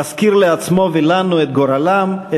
מזכיר לעצמו ולנו את גורלם,